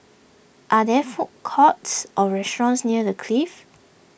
are there food courts or restaurants near the Clift